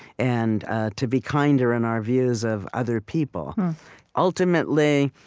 and to be kinder in our views of other people ultimately,